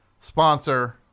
sponsor